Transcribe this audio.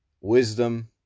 wisdom